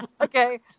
Okay